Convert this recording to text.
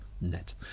net